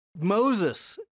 Moses